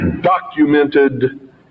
documented